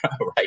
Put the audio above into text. right